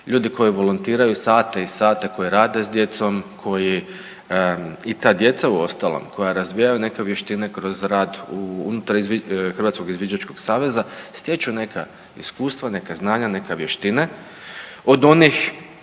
ljudi koji volontiraju sate i sate, koji rade s djecom, koji i ta djeca uostalom koja razvijaju neke vještine kroz rad unutar Hrvatskog izviđačkog saveza stječu neka iskustva, neka znanja, neke vještine od onih